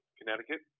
Connecticut